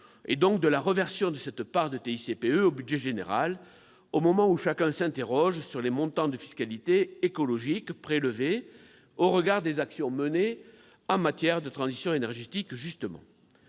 donc de la réversion d'une part de TICPE au budget général, au moment où chacun s'interroge sur les montants de fiscalité écologique prélevés au regard des actions menées en matière de transition énergétique.